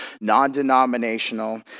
non-denominational